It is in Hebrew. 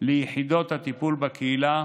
ליחידות הטיפול בקהילה